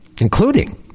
including